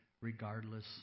regardless